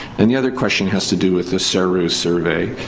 and the other question has to do with the seru survey.